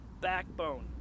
backbone